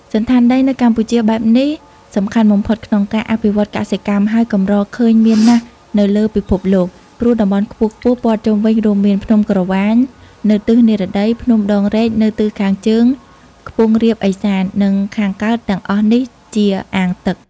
សណ្ឋានដីនៅកម្ពុជាបែបនេះសំខាន់បំផុតក្នុងការអភិវឌ្ឍន៍កសិកម្ម ហើយកម្រឃើញមានណាស់នៅលើពិភពលោក ព្រោះតំបន់ខ្ពស់ៗព័ទ្ធជំវិញរួមមាន ភ្នំក្រវាញ នៅទិសនិរតី ភ្នំដងរែកនៅទិសខាងជើងខ្ពង់រាបឦសាន និងខាងកើតទាំងអស់នេះជាអាងទឹក។